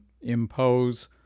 impose